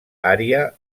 ària